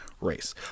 race